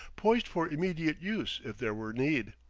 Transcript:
poised for immediate use if there were need.